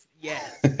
Yes